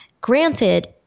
Granted